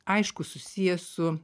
aišku susiję su